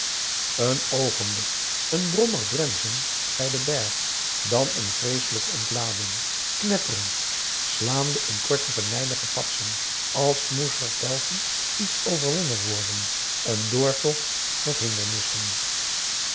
een oogenblik n brommig drenzen bij den berg dan een vreeselijke ontlading knetterend slaande in korte venijnige patsen als moest er telkens iets overwonnen worden een doortocht met hindernissen